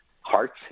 hearts